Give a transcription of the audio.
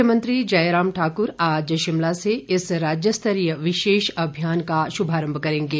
मुख्यमंत्री जय राम ठाकुर आज शिमला से इस राज्य स्तरीय विशेष अभियान का शुभारंभ करेंगे